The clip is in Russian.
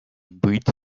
быть